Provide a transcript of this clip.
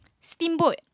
Steamboat